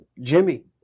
Jimmy